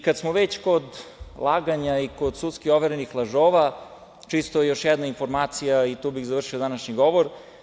Kad smo već kod laganja i kod sudski overenih lažova, čisto još jedna informacija i tu bih završio današnji govor.